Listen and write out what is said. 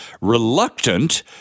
reluctant